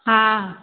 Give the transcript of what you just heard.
हा